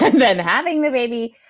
then having the baby,